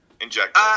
Inject